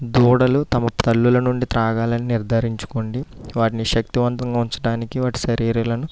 దూడలు తమ తల్లుల నుండి త్రాగాలని నిర్ధారించుకోండి వాటిని శక్తివంతంగా ఉంచటానికి వాటి శరీరాలను